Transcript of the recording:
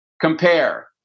Compare